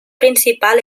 principal